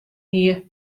hie